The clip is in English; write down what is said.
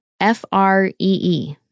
F-R-E-E